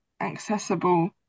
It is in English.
accessible